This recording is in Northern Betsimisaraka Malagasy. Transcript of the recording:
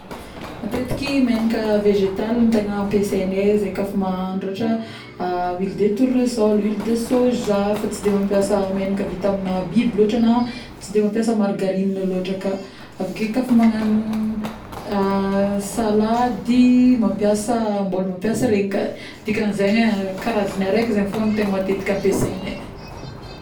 Matetiky megnaka vgzetaly no tegna ampiasaignay ka zay mahandro ôhatra, huile de tournesole, huile de soja fa tsy mampiasa megnaka vita amina-biby lôtra na tsy de mampiasa margarine lôtra ka, avikeo ka fa magnano salady mampiasa, mbôla mampiasa regny ka, dikagn'zegny ee, karazagna araiky zay fôgna no tegna matetiky ampiasagnay